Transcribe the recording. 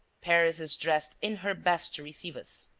paris is dressed in her best to receive us.